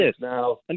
now